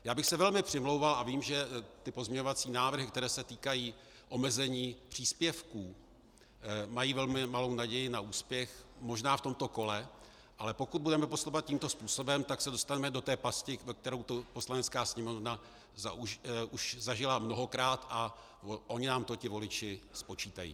Já bych se velmi přimlouval, a vím, že pozměňovací návrhy, které se týkají omezení příspěvků, mají velmi malou naději na úspěch možná v tomto kole, ale pokud budeme postupovat tímto způsobem, tak se dostaneme do té pasti, kterou Poslanecká sněmovna už zažila mnohokrát, a oni nám to ti voliči spočítají!